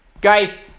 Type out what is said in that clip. Guys